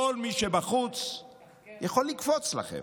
כל מי שבחוץ יכול לקפוץ לכם.